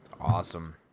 Awesome